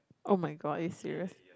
[oh]-my-god are you serious